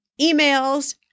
emails